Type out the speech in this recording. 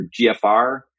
GFR